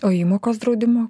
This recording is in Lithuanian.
o įmokos draudimo